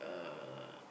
uh